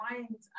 Mind